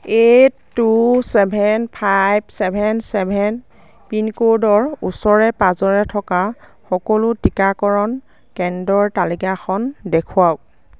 eight two seven five seven seven পিনক'ডৰ ওচৰে পাঁজৰে থকা সকলো টীকাকৰণ কেন্দ্ৰৰ তালিকাখন দেখুৱাওক